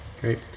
Great